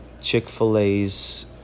Chick-fil-A's